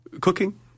cooking